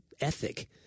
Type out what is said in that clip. ethic